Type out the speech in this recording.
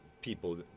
people